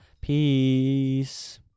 Peace